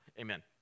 Amen